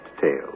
tale